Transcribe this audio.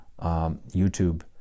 YouTube